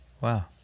Wow